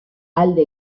alde